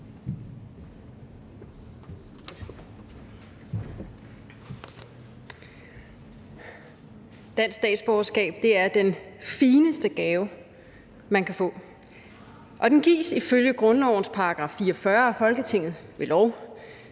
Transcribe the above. Dansk statsborgerskab er den fineste gave, man kan få. Og den gives ifølge grundlovens § 44 og Folketinget ved lov.